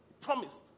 Promised